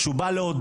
שהוא בא לעודד.